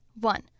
One